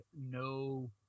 no